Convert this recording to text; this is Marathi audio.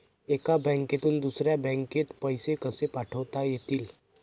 एका बँकेतून दुसऱ्या बँकेत पैसे कसे पाठवता येतील?